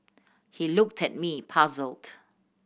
he looked at me puzzled